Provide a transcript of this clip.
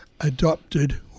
adopted